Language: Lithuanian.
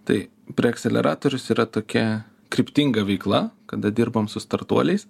tai preakceleratorius yra tokia kryptinga veikla kada dirbam su startuoliais